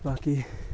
बाकी